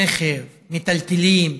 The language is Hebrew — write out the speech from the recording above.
רכב, מיטלטלין.